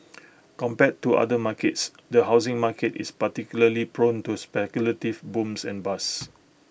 compared to other markets the housing market is particularly prone to speculative booms and bust